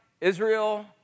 Israel